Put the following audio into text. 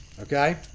Okay